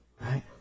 Right